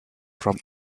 from